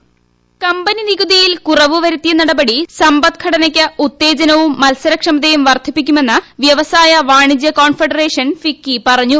hold വോയിസ് കമ്പനി നികുതിയിൽ കുറവ് വരുത്തിയ നടപടി സമ്പദ്ഘടനയ്ക്ക് ഉത്തേജനവും മത്സരക്ഷമതയും വർദ്ധിപ്പിക്കുമെന്ന് വൃവസായ വാണിജ്യ കോൺഫെഡറേഷൻ ഫിക്കി പറഞ്ഞു